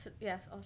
Yes